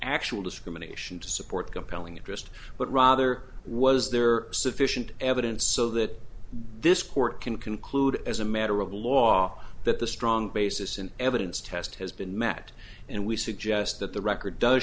actual discrimination to support a compelling interest but rather was there sufficient evidence so that this court can conclude as a matter of law that the strong basis in evidence test has been met and we suggest that the record does